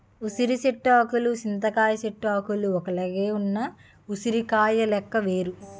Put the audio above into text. ఉసిరి చెట్టు ఆకులు చింత చెట్టు ఆకులు ఒక్కలాగే ఉన్న ఉసిరికాయ లెక్క వేరు